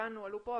חלקן הועלו פה,